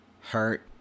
hurt